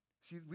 See